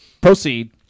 proceed